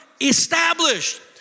Established